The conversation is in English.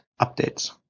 updates